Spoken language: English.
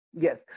Yes